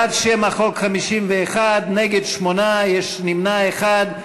בעד שם החוק, 51, נגד, 8, יש נמנע אחד.